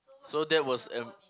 so that was an